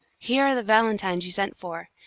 here are the valentines you sent for.